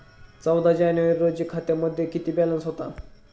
चौदा जानेवारी रोजी खात्यामध्ये किती बॅलन्स होता?